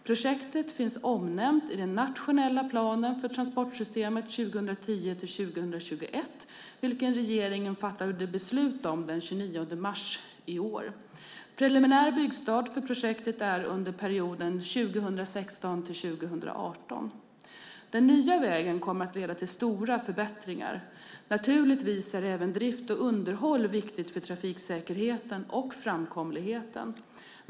Projektet finns omnämnt i den nationella planen för transportsystemet 2010-2021 vilken regeringen fattade beslut om den 29 mars i år. Preliminär byggstart för projektet är under perioden 2016-2018. Den nya vägen kommer att leda till stora förbättringar. Naturligtvis är även drift och underhåll viktigt för trafiksäkerheten och framkomligheten.